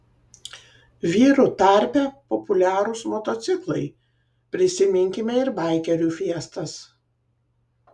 vyrų tarpe populiarūs motociklai prisiminkime ir baikerių fiestas